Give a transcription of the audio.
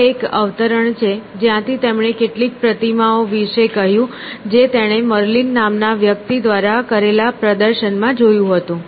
આ એક અવતરણ છે જ્યાંથી તેમણે કેટલીક પ્રતિમાઓ વિશે કહ્યું જે તેણે મર્લિન નામના વ્યક્તિ દ્વારા કરેલા પ્રદર્શન માં જોયું હતું